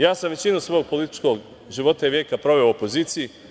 Ja sam većinu svog političkog života i veka proveo u opoziciji.